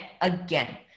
again